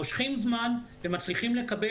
מושכים זמן ומצליחים לקבל,